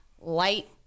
light